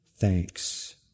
thanks